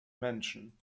menschen